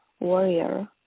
warrior